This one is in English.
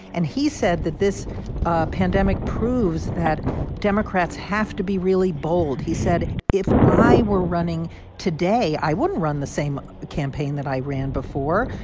and he said that this ah pandemic proves that democrats have to be really bold. he said, if i were running today, i wouldn't run the same campaign that i ran before.